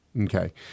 Okay